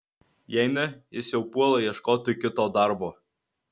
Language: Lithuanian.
jei ne jis jau puola ieškoti kito darbo